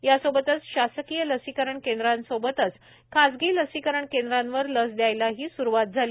यासोबतच शासकीय लसीकरण केंद्रांसोबतच खाजगी लसीकरण केंद्रावर लस द्यायलाही स्रुवात झाली